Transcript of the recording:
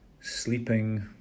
sleeping